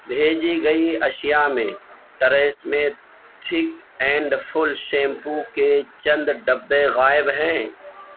بھیجی گئی اشیا میں TRESemme thick and full shampoo کے چند ڈبے غائب ہیں